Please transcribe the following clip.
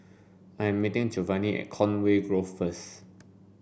I am meeting Jovani at Conway Grove first